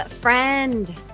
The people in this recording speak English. friend